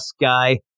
guy